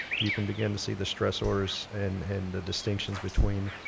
you can begin to see the stress orders and the distinctions between